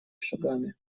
шагами